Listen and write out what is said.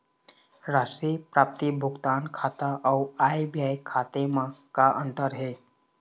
राशि प्राप्ति भुगतान खाता अऊ आय व्यय खाते म का अंतर हे?